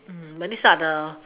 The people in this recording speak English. when they start the